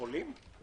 חולים?